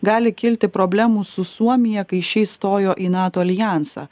gali kilti problemų su suomija kai ši įstojo į nato aljansą